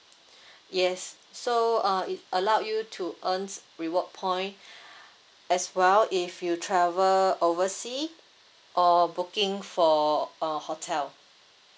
yes so uh it allow you to earn reward point as well if you travel oversea or booking for uh hotel